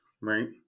Right